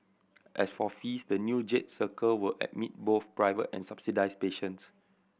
as for fees the new Jade Circle will admit both private and subsidised patients